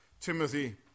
Timothy